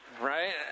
Right